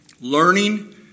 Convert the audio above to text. Learning